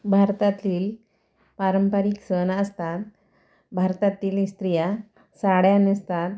भारतातील पारंपरिक सण असतात भारतातील स्त्रिया साड्या नेसतात